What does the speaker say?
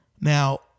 Now